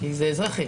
כי זה אזרחי.